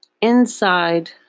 Inside